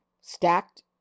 stacked